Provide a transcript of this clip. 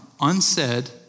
unsaid